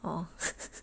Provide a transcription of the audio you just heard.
oh